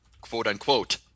quote-unquote